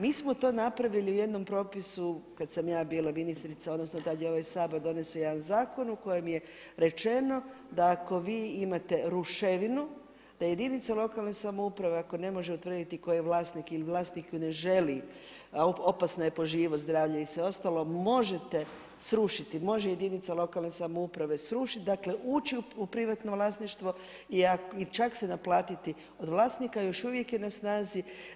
Mi smo to napravili u jednom propisu kada sam ja bila ministrica odnosno tada je ovaj Sabor donesao jedan zakon u kojem je rečeno da ako vi imate ruševinu da jedinica lokalne samouprave ako ne može utvrditi tko je vlasnik ili vlasnik ju ne želi, opasna je po život, zdravlje i sve ostalo, možete srušiti, može jedinica lokalne samouprave srušiti, dakle ući u privatno vlasništvo i čak se naplatiti od vlasnika, još uvijek je na snazi.